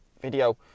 video